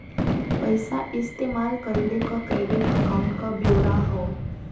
पइसा इस्तेमाल कइले क क्रेडिट अकाउंट क ब्योरा हौ